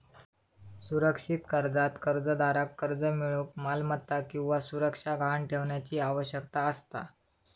सुरक्षित कर्जात कर्जदाराक कर्ज मिळूक मालमत्ता किंवा सुरक्षा गहाण ठेवण्याची आवश्यकता असता